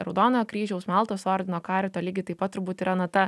raudonojo kryžiaus maltos ordino karito lygiai taip pat turbūt yra na ta